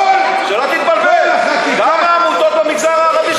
שלא תתבלבל, גם עמותות מהמגזר הערבי.